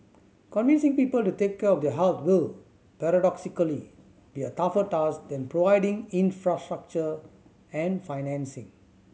convincing people to take care of their health will paradoxically be a tougher task than providing infrastructure and financing